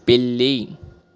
పిల్లి